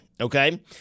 Okay